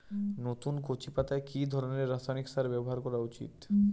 নতুন কচি পাতায় কি ধরণের রাসায়নিক সার ব্যবহার করা উচিৎ?